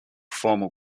formal